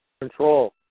control